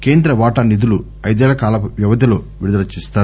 కేంద్ర వాటా నిధులు ఐదేళ్ళ కాల వ్యవధిలో విడుదల చేస్తాయి